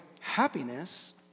happiness